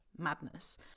madness